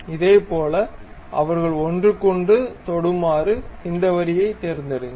இதேபோல் அவர்கள் ஒன்றுக்கொன்று தொடுமாறு இந்த வரியைத் தேர்ந்தெடுங்கள்